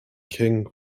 king